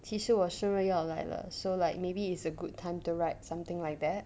其实我生日要来了 so like maybe it's a good time to write something like that